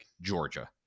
georgia